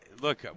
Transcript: look